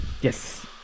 Yes